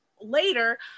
later